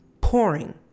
Pouring